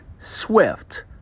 Swift